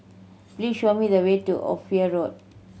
please show me the way to Ophir Road